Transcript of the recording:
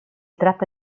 tratta